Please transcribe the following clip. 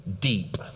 deep